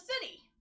city